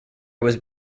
was